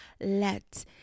let